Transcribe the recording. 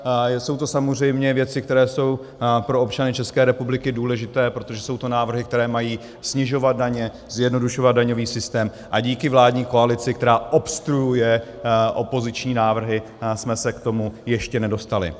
A jsou to samozřejmě věci, které jsou pro občany České republiky důležité, protože jsou to návrhy, které mají snižovat daně, zjednodušovat daňový systém a díky vládní koalici, která obstruuje opoziční návrhy, jsme se k tomu ještě nedostali.